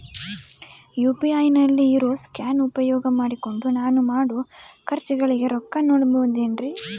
UPI ನಲ್ಲಿ ಇರೋ scan ಉಪಯೋಗ ಮಾಡಿಕೊಂಡು ನಾನು ಮಾಡೋ ಖರ್ಚುಗಳಿಗೆ ರೊಕ್ಕ ನೇಡಬಹುದೇನ್ರಿ?